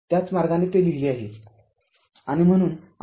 त्याच मार्गाने ते लिहिले आहे